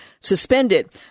suspended